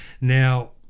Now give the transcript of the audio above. Now